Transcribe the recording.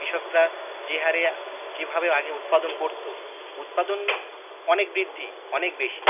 কৃষকরা যে হারে যেভাবে আগে উৎপাদন করতো উৎপাদন অনেক বৃদ্ধি অনেক বেশি